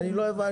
אני לא הבנתי.